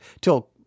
till